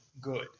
good